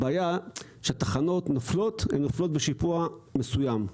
הבעיה היא שכשתחנות נופלות הן נופלות בשיפוע מסוים,